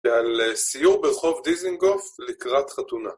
ועל סיור ברחוב דיזינגוף לקראת חתונה.